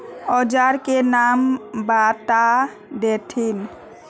औजार के नाम बता देथिन?